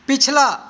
ਪਿਛਲਾ